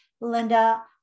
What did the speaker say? Linda